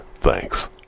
Thanks